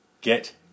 Get